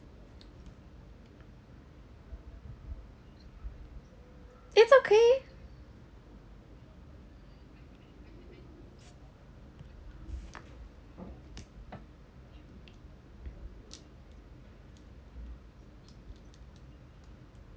it's okay